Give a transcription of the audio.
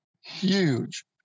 huge